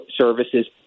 Services